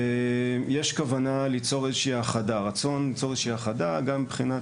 יש רצון ליצור איזושהי האחדה גם מבחינת